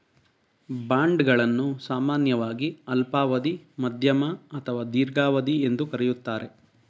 bond ಗಳನ್ನು ಸಾಮಾನ್ಯವಾಗಿ ಅಲ್ಪಾವಧಿ, ಮಧ್ಯಮ ಅಥವಾ ದೀರ್ಘಾವಧಿ ಎಂದು ಕರೆಯುತ್ತಾರೆ